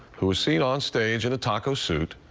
who was seen on stage in a taco suit,